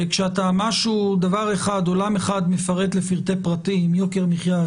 שכשאתה מפרט עולם אחד לפרטי פרטים: יוקר מחיה,